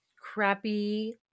crappy